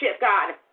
God